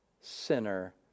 sinner